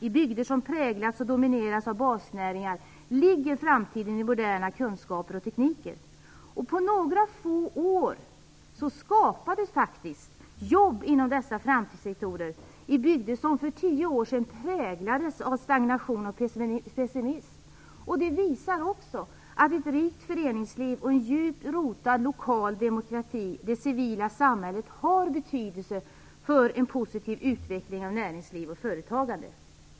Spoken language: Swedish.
I bygder som präglats och dominerats av basnäringar ligger framtiden i moderna kunskaper och tekniker. På några få år skapades jobb inom dessa framtidssektorer i bygder som för tio år sedan präglades av stagnation och pessimism. Det visar också att ett rikt föreningsliv och en djupt rotad lokal demokrati i det civila samhället har betydelse för en positiv utveckling av näringsliv och företagande.